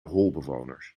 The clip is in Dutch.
holbewoners